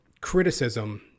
criticism